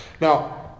Now